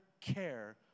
care